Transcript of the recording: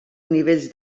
nivells